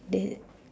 the